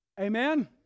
Amen